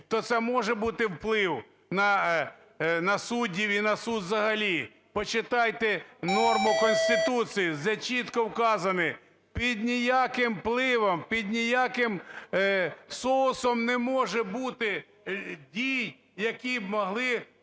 то це може бути вплив на суддів і на суд взагалі? Почитайте норми Конституції, де чітко вказано, під ніяким впливом, під ніяким соусом не може бути дій, які б могли